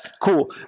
Cool